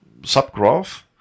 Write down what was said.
subgraph